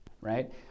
right